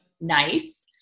nice